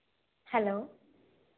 hello